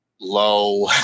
low